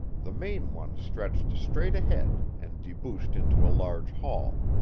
the main one stretched straight ahead and debouched into a large hall.